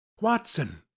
Watson